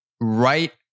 right